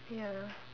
ya